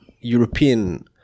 European